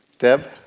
Deb